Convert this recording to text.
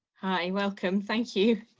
and welcome, thank you.